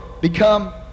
become